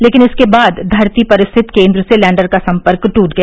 लेकिन इसके बाद धरती पर स्थित केन्द्र से लैण्डर का सम्पर्क ट्ट गया